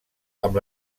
amb